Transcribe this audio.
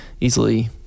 easily